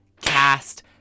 cast